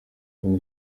none